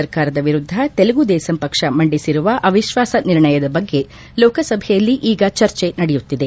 ಸರ್ಕಾರದ ವಿರುದ್ದ ತೆಲುಗು ದೇಸಂ ಪಕ್ಷ ಮಂಡಿಸಿರುವ ಅವಿಶ್ವಾಸ ನಿರ್ಣಯದ ಬಗ್ಗೆ ಲೋಕಸಭೆಯಲ್ಲಿ ಈಗ ಚರ್ಚೆ ನಡೆಯುತ್ತಿದೆ